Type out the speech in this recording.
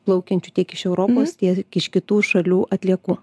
plaukiančių tiek iš europos tiek iš kitų šalių atliekų